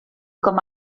com